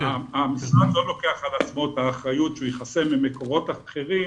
המשרד לא לוקח על עצמו את האחריות שהוא יכסה ממקורות אחרים